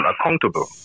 accountable